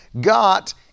got